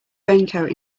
raincoat